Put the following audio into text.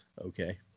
Okay